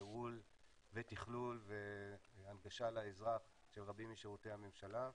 ייעול ותכלול והנגשה לאזרח של רבים משירותי הממשלה,